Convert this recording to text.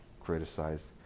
criticized